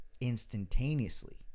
instantaneously